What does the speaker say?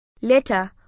Later